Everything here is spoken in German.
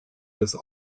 des